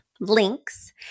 links